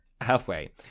halfway